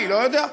אני לא יודע.